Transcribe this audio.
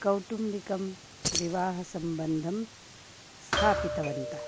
कौटुम्बिकं विवाहसम्बन्धं स्थापितवन्तः